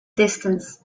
distance